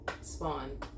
spawn